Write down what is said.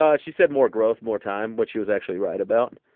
ah she said more growth, more time, which she was actually right about.